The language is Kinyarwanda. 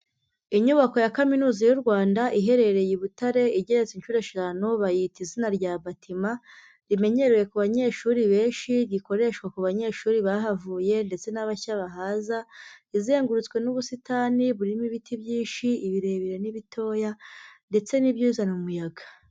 Inyubako ya Kaminuza y'u Rwanda iherereye i Butare igeretse inshuro eshanu bayita izina rya batîment rimenyerewe ku banyeshuri benshi, rikoreshwa ku banyeshuri bahavuye ndetse n'abashya bahaza, izengurutswe n'ubusitani burimo ibiti byinshi ibirebire n'ibitoya ndetse n'ibyuzana umuyaga.